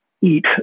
eat